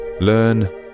learn